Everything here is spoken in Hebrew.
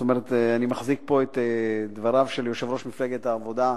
אני מחזיק פה את דבריו של יושב-ראש מפלגת העבודה,